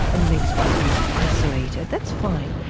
and makes people isolated. that's fine.